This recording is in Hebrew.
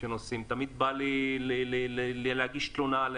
להגיש תלונה,